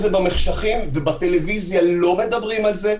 זה במחשכים ובטלוויזיה לא מדברים על זה,